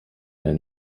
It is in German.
einen